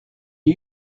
the